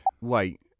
Wait